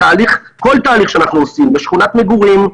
בכל תהליך שאנחנו עושים לשכונת מגורים,